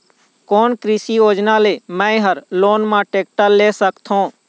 कोन कृषि योजना ले मैं हा लोन मा टेक्टर ले सकथों?